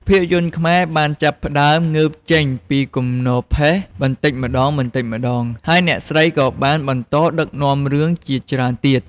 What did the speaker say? ភាពយន្តខ្មែរបានចាប់ផ្តើមងើបចេញពីគំនរផេះបន្តិចម្តងៗ ហើយអ្នកស្រីក៏បានបន្តដឹកនាំរឿងជាច្រើនទៀត។